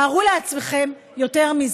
יותר מזה: